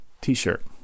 t-shirt